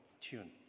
tune